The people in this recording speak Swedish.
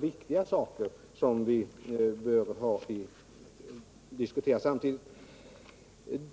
Göran Karlsson talade också om